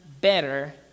better